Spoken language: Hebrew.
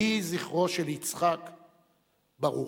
יהי זכרו של יצחק ברוך.